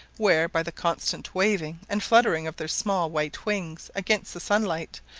where, by the constant waving and fluttering of their small white wings against the sunlight,